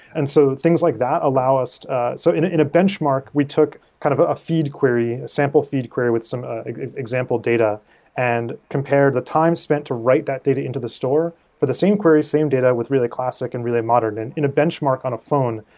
and so things like that allow us so in a in a benchmark, we took kind of a a feed query, a sample feed query with some example data and compare the time spent to write that data into the store for the same query, same data with relay classic and relay modern. in in a benchmark on a phone,